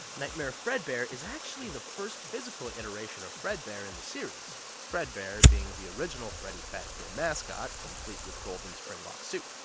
nightmare fredbear is actually the first physical iteration of fredbear in the series, fredbear being the original freddy fazbear mascot, complete with golden springlock suit.